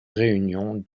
réunion